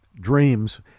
Dreams